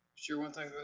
sure, one thing.